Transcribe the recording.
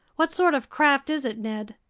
what sort of craft is it, ned?